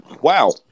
Wow